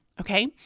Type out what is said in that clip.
okay